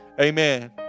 Amen